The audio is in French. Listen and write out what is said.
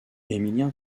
émilien